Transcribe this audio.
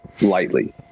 lightly